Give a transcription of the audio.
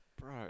Bro